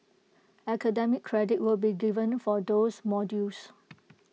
academic credit will be given for these modules